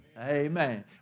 Amen